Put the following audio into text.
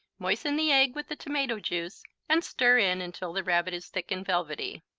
moisten the egg with the tomato juice and stir in until the rabbit is thick and velvety.